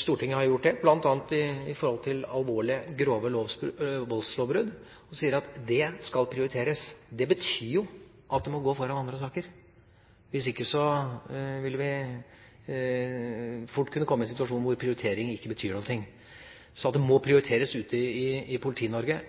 Stortinget har gjort det, bl.a. når man sier at alvorlige, grove voldslovbrudd skal prioriteres. Det betyr jo at det må gå foran andre saker. Hvis ikke vil vi fort kunne komme i en situasjon hvor prioritering ikke betyr noen ting. Dette må prioriteres ute i Politi-Norge,